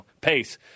pace